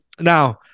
now